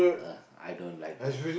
uh I don't like that